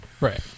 Right